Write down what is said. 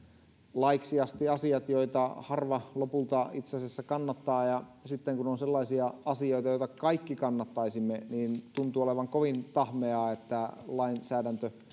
laiksi asti asiat joita harva lopulta itse asiassa kannattaa ja sitten kun on sellaisia asioita joita kaikki kannattaisimme niin tuntuu olevan kovin tahmeaa että lainsäädäntö